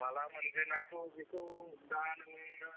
माला मोनगोन आथ' बेखौ दा नोंनिया